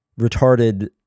retarded